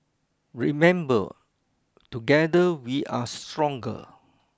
remember together we are stronger